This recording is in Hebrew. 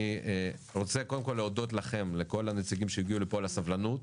אני רוצה קודם כל להודות לכם לכל הנציגים שהגיעו לפה על הסבלנות.